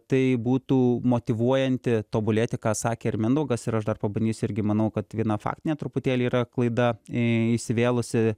tai būtų motyvuojanti tobulėti ką sakė ir mindaugas ir aš dar pabandysiu irgi manau kad viena faktinė truputėlį yra klaida įsivėlusi